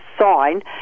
sign